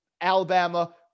Alabama